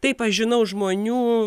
taip aš žinau žmonių